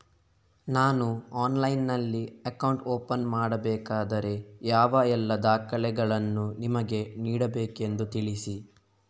ನಾನು ಆನ್ಲೈನ್ನಲ್ಲಿ account open ಮಾಡಬೇಕಾದರೆ ಯಾವ ಎಲ್ಲ ದಾಖಲೆಗಳನ್ನು ನಿಮಗೆ ನೀಡಬೇಕೆಂದು ತಿಳಿಸಿ?